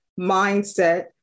mindset